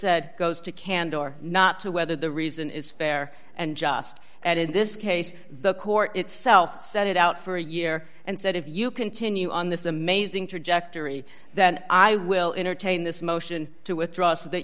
or not to whether the reason is fair and just and in this case the court itself set it out for a year and said if you continue on this amazing trajectory that i will entertain this motion to withdraw so that